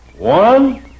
One